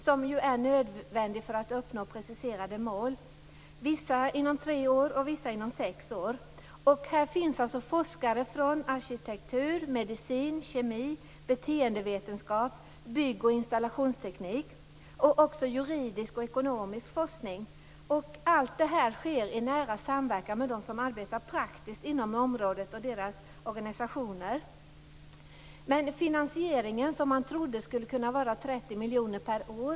Det är nödvändigt för att uppnå preciserade mål - vissa inom tre år, och vissa inom sex år. Här finns forskare från områdena arkitektur, medicin, kemi, beteendevetenskap, bygg och installationsteknik. Där sker också juridisk och ekonomisk forskning. Allt detta sker i nära samverkan med de organisationer som jobbar praktiskt inom området. Man trodde att finansieringen skulle bli 30 miljoner kronor per år.